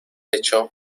hecho